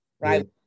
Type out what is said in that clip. right